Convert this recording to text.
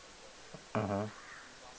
mmhmm